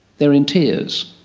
they're in tears,